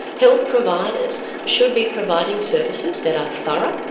health providers should be providing services that are thorough,